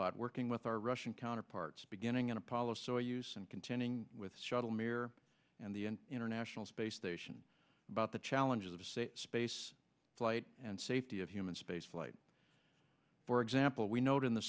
lot working with our russian counterparts beginning in apollo so use and contending with shuttle mir and the international space station about the challenges of space flight and safety of human space flight for example we note in the